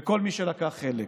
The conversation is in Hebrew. וכל מי שלקח חלק.